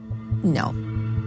No